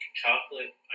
chocolate